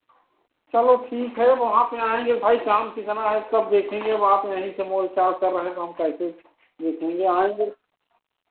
चलो ठीक है वो आप यहाँ आएँगे भाई काम के समय है तब देखेंगे वहाँ पर यहीं से बोल चाल कर रहे हैं तो हम कैसे देखेंगे आएँगे